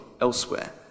elsewhere